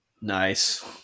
Nice